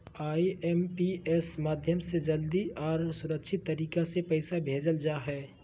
IMPS माध्यम से जल्दी आर सुरक्षित तरीका से पैसा भेजल जा हय